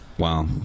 Wow